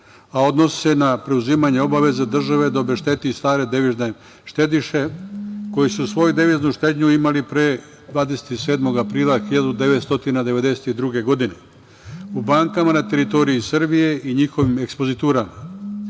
a odnosi se na preuzimanje obaveza države da obešteti stare devizne štediše koji su svoju deviznu štednju imali pre 27. aprila 1992. godine u bankama na teritoriji Srbije i njihovim ekspozitura